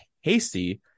hasty